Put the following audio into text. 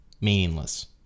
meaningless